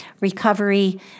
recovery